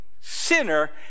sinner